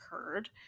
occurred